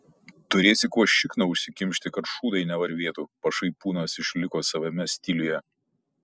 turėsi kuo šikną užsikimšti kad šūdai nevarvėtų pašaipūnas išliko savame stiliuje